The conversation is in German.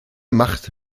macht